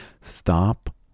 stop